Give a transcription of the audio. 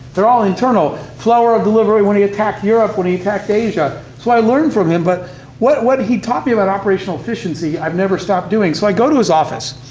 they're all internal. flower of delivery when he attacked europe, when he attacked asia. so i learned from him, but what he taught me about operational efficiency i've never stopped doing. so i go to his office,